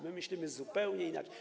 My myślimy zupełnie inaczej.